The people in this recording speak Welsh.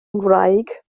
ngwraig